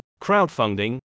crowdfunding